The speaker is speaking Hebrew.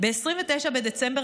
ב-29 בדצמבר